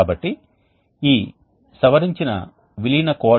కాబట్టి ఇది చాలా సందర్భాలలో చాలా సాధారణ పరికరం